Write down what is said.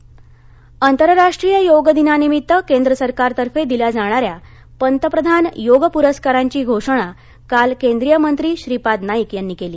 योग पुरस्कार आंतरराष्ट्रीय योग दिनानिमित्त केंद्र सरकारतर्फे दिल्या जाणाऱ्या पंतप्रधान योग पुरस्कारांची घोषणा काल केंद्रीय मंत्री श्रीपाद नाईक यांनी केली